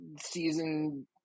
season